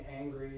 angry